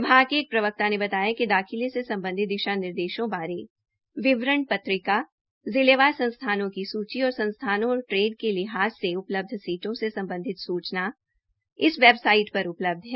विभाग के एक प्रवक्ता ने बताया कि दाखिले से संबंधित दिशा निर्देशों बारे विवरण पत्रिका जिलेवार संस्थानों की सूची और संस्थानों और ट्रेड के लिहाज से उपलब्ध सीटों से संबंधित सूचना इन वेबसाइट पर उपलब्ध है